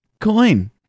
coin